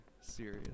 Serious